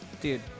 Dude